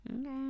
Okay